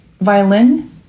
violin